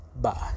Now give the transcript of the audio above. Bye